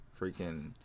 freaking